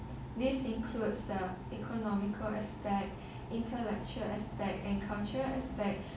this includes the economical aspect intellectual aspect and cultural aspect